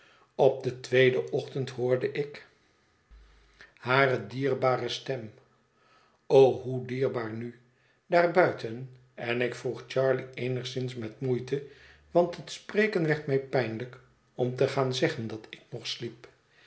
op den tweeden ochtend hoorde ik hare dierbare stem o hoe dierbaar nu daar buiten en ik vroeg charley eenigszins met moeite want het spreken werd mij pijnlijk om te gaan zeggen dat ik nog sliep